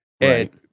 Right